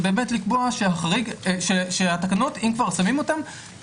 זה באמת לקבוע שהתקנות אם כבר שמים אותם,